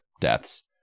deaths